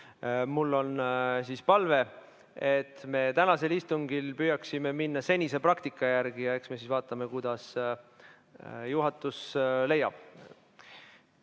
Mul on palve, et me tänasel istungil püüaksime minna senise praktika järgi, ja eks me siis vaatame, kuidas juhatus leiab.